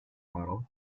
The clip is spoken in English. model